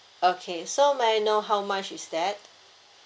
okay so may I know how much is that